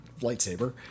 Lightsaber